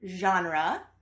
genre